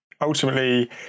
ultimately